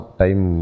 time